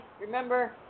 remember